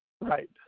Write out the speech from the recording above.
right